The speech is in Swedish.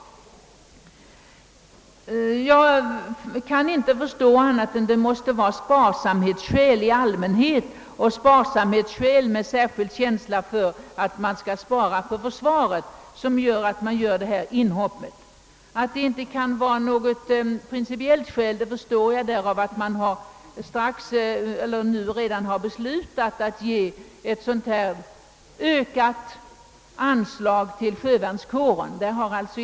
Jag kan inte förstå annat än att det måste vara sparsamhetsskäl i allmänhet och sparsamhet i fråga om försvaret som ligger bakom detta inhopp. Jag förstår att det inte kan finnas något särskilt principiellt skäl eftersom utskottet redan bestämt sig för att förorda ett ökat anslag till sjövärnskåren.